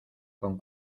con